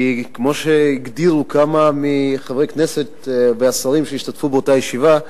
כי כמו שהגדירו כמה מחברי הכנסת והשרים שהשתתפו באותה ישיבה,